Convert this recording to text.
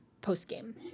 post-game